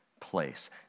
place